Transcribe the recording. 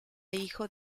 hijo